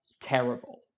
terrible